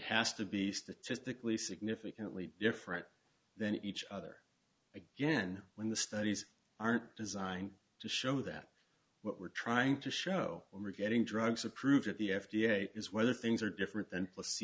has to be statistically significantly different than each other again when the studies aren't designed to show that what we're trying to show we're getting drugs approved at the f d a is whether things are different than